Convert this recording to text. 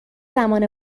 زمان